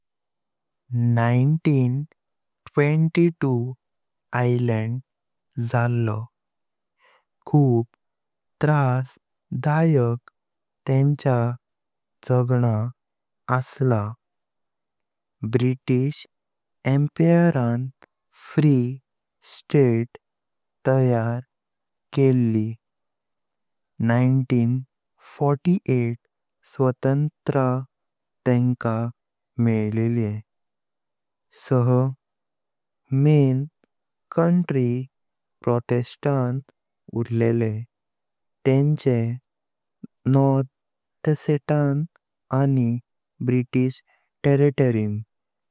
एकोणिसे बव्वीस आयर्लंड चललो। खूप त्रासदायक तेंचं जगन असलां। ब्रिटिश एंपायरान फ्री स्टेट तायार केली। एकोणिसे अठ्ठेचाळीस स्वतंत्र तेनका मेळ्ळिलि। सहा मुख्य कोंट्री पासून उरलेलां तेंचें नोर्थेस्तान आनी ब्रिटिश टेरिटोरींत।